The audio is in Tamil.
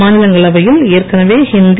மாநிலங்களவையில் ஏற்கனவே இந்தி